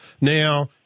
Now